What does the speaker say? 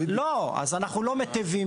אז אנחנו לא מטיבים